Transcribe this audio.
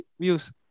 views